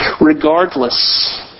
regardless